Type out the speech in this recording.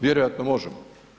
Vjerojatno možemo.